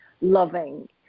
loving